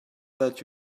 that